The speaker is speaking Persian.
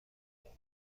دارد